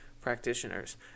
practitioners